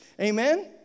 Amen